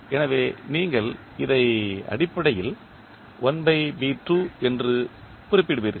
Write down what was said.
எனவே நீங்கள் இதை அடிப்படையில் 1B2 என்று குறிப்பிடுவீர்கள்